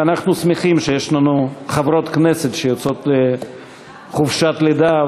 ואנחנו שמחים שיש לנו חברות כנסת שיוצאות לחופשת לידה,